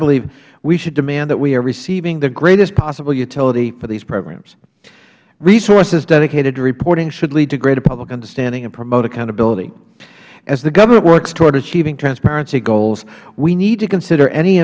believe we should demand that we are receiving the greatest possible utility for these programs resources dedicated to reporting should lead to greater public understanding and promote accountability as the government works toward achieving transparency goals we need to consider any